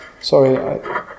Sorry